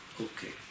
okay